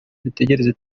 dutegereze